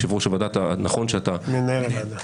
מנהל הוועדה